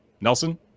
Nelson